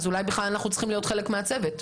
אולי אנחנו צריכים להיות חלק מהצוות?